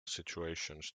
situations